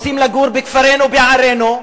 רוצים לגור בכפרינו וערינו,